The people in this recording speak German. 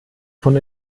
von